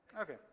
Okay